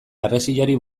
harresiari